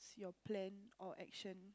your plan or action